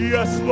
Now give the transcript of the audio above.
Yes